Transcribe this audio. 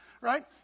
right